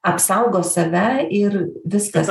apsaugo save ir viskas